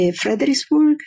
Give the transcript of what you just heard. Fredericksburg